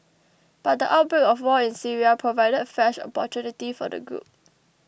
but the outbreak of wars in Syria provided fresh opportunity for the group